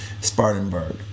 Spartanburg